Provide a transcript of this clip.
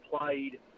played